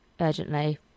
urgently